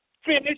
Finish